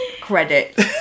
credit